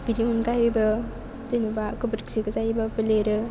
बिनि अनगायैबो जेनेबा गोबोरखि गोजायैबो लिरो